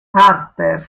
harper